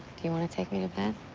do you want to take me to bed?